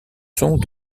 sont